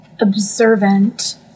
observant